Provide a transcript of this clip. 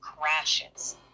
crashes